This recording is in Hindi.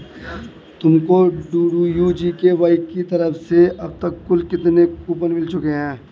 तुमको डी.डी.यू जी.के.वाई की तरफ से अब तक कुल कितने कूपन मिल चुके हैं?